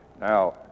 Now